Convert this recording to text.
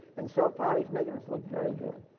and so far it's making us look very good.